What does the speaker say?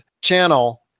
channel